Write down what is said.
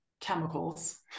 chemicals